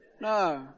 No